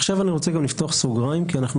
עכשיו אני רוצה לפתוח סוגריים ולומר שמצד שני אנחנו